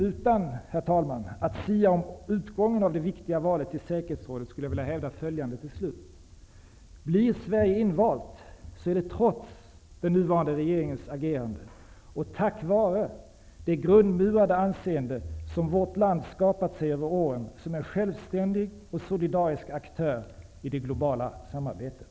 Utan att, herr talman, sia om utgången av det viktiga valet i Säkerhetsrådet skulle jag till slut vilja hävda följande: blir Sverige invalt så är det trots den nuvarande regeringens agerande och tack var det grundmurade anseende som vårt land fått under åren som en självständig och solidarisk aktör i det globala samarbetet.